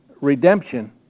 redemption